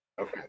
Okay